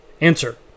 answer